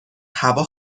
هوا